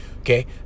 okay